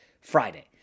Friday